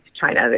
China